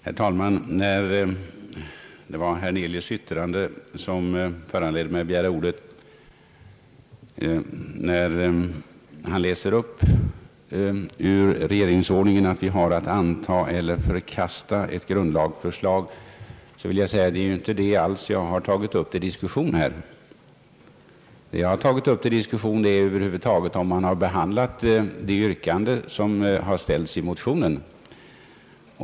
Herr talman! Det var herr Hernelius” yttrande som föranledde mig att ånyo begära ordet. Eftersom han läste upp ur riksdagsordningen att vi har att anta eller förkasta ett grundlagsförslag, vill jag säga att det inte alls är den saken jag har tagit upp till diskussion. Vad jag har tagit upp till diskussion är om man över huvud taget har behandlat det yrkande som ställts i motionen.